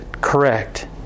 correct